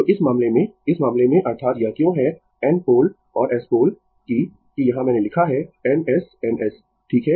तो इस मामले में इस मामले में अर्थात यह क्यों है N पोल और S पोल कि कि यहां मैंने लिखा है N S N S ठीक है